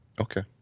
Okay